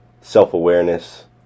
self-awareness